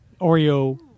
Oreo